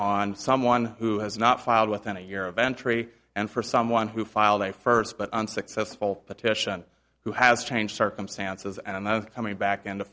on someone who has not filed within a year of entry and for someone who filed a first but unsuccessful petition who has changed circumstances and then coming back in to